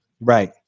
Right